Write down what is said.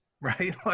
right